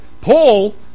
Paul